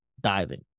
diving